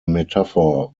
metaphor